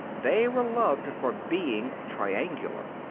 they were loved for being triangular.